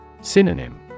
Synonym